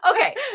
Okay